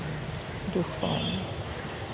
দুখ পাওঁ আমি